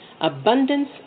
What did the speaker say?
Abundance